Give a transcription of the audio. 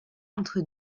entre